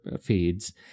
feeds